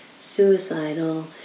suicidal